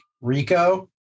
Rico